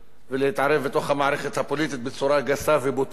ולהתערב בתוך המערכת הפוליטית בצורה גסה ובוטה.